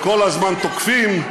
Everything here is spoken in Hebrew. וכל הזמן תוקפים,